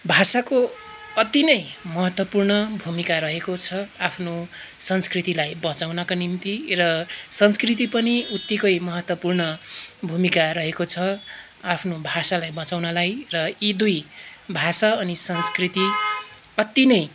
भाषाको अति नै महत्त्वपूर्ण भूमिका रहेको छ आफ्नो संस्कृतिलाई बचाउनका निम्ति र संस्कृति पनि उत्तिकै महत्त्वपूर्ण भूमिका रहेको छ आफ्नो भाषालाई बचाउनलाई र यी दुई भाषा अनि संस्कृति अति नै